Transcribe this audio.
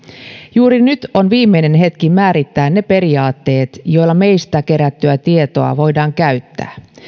juuri nyt on viimeinen hetki määrittää ne periaatteet joilla meistä kerättyä tietoa voidaan käyttää